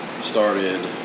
started